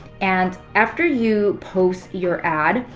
and after you post your ad,